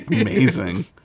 Amazing